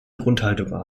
grundhaltung